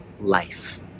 life